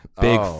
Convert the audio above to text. Big